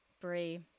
brie